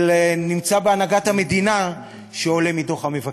שנמצא בהנהגת המדינה, שעולה מדוח המבקר.